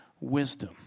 wisdom